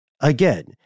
Again